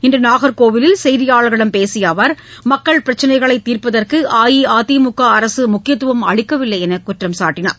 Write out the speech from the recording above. இன்று நாகர்கோவிலில் செய்தியாளர்களிடம் பேசிய அவர் மக்கள் பிரச்சினைகளை தீர்ப்பதற்கு அஇஅதிமுக அரசு முக்கியத்துவம் அளிக்கவில்லை என்று குற்றம்சாட்டினார்